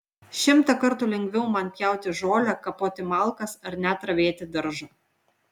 šimtą kartų lengviau man pjauti žolę kapoti malkas ar net ravėti daržą